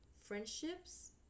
Friendships